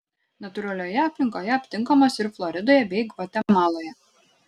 natūralioje aplinkoje aptinkamos ir floridoje bei gvatemaloje